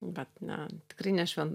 bet ne tikrai ne šven